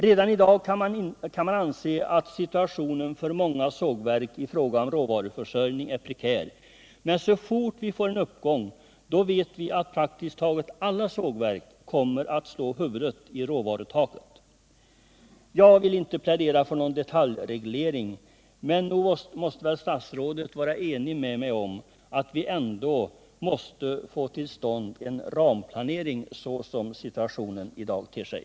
Redan i dag kan man anse att situationen för många sågverk i fråga om råvaruförsörjningen är prekär, men så fort vi får en uppgång kommer —det vet vi — praktiskt taget alla sågverk att slå huvudet i råvarutaket. Jag vill inte plädera för någon detaljreglering, men nog måste väl statsrådet vara enig med mig om att vi ändå måste få till stånd en ramplanering så som situationen i dag ter sig?